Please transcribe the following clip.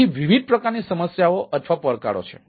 તેથી વિવિધ પ્રકારની સમસ્યાઓ અથવા પડકારો છે